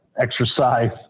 exercise